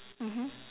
mmhmm